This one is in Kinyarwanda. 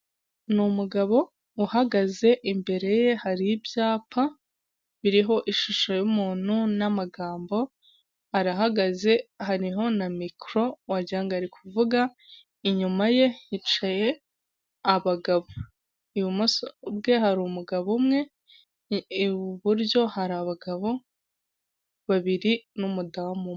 Ni umugabo uhagaze imbere ye hari ibyapa biriho ishusho y'umuntu n'amagambo arahagaze, hariho na mikoro wagira ngo ari kuvuga, inyuma ye hicaye abagabo, ibumoso bwe hari umugabo umwe, iburyo hari abagabo babiri n'umudamu umwe.